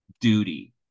duty